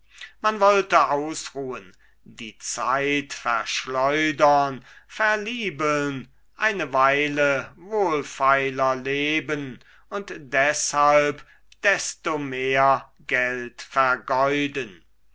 man wollte ausruhen die zeit verschlendern verliebeln eine weile wohlfeiler leben und deshalb desto mehr geld vergeuden